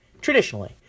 traditionally